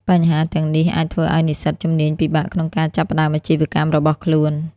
បញ្ហាទាំងនេះអាចធ្វើឱ្យនិស្សិតជំនាញពិបាកក្នុងការចាប់ផ្តើមអាជីវកម្មរបស់ខ្លួន។